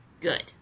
Good